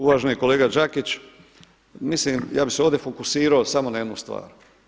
Uvaženi kolega Đakić, mislim, ja bih se ovdje fokusirao samo na jednu stvar.